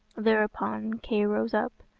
thereupon kay rose up.